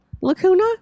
Lacuna